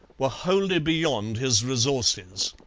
were wholly beyond his resources.